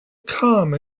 calm